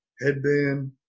headband